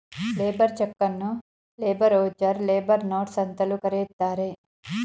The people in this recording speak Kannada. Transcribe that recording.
ಲೇಬರ್ ಚಕನ್ನು ಲೇಬರ್ ವೌಚರ್, ಲೇಬರ್ ನೋಟ್ಸ್ ಅಂತಲೂ ಕರೆಯುತ್ತಾರೆ